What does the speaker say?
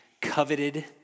coveted